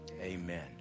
Amen